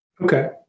Okay